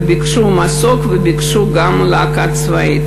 וביקשו מסוק וביקשו גם להקה צבאית.